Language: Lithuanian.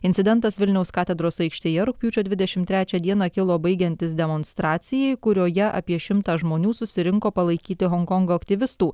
incidentas vilniaus katedros aikštėje rugpjūčio dvidešimt trečią dieną kilo baigiantis demonstracijai kurioje apie šimtą žmonių susirinko palaikyti honkongo aktyvistų